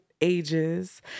ages